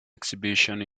exhibition